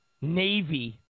Navy